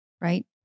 right